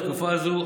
בתקופה הזאת,